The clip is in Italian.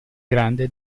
grande